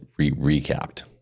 recapped